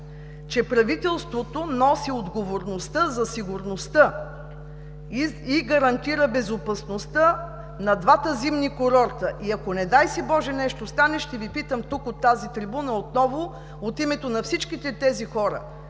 че правителството носи отговорността за сигурността и гарантира безопасността на двата зимни курорта. Ако, не дай боже, нещо стане, ще Ви питам отново от тази трибуна от името на всички тези хора.